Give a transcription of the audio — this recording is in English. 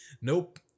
nope